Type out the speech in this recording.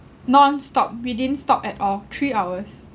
nonstop we didn't stop at all three hours